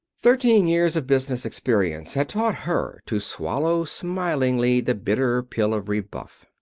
thirteen years of business experience had taught her to swallow smilingly the bitter pill of rebuff.